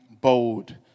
bold